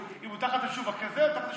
אם הוא תחת יישוב כזה או תחת יישוב אחר,